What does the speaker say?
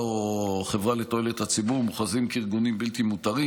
או חברה לתועלת הציבור מוכרזים כארגונים בלתי מותרים